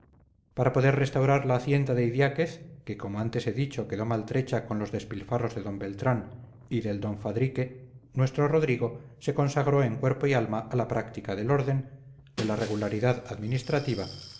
para poder restaurar la hacienda de idiáquez que como antes he dicho quedó maltrecha con los despilfarros del d beltrán y del d fadrique nuestro rodrigo se consagró en cuerpo y alma a la práctica del orden de la regularidad administrativa